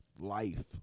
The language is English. life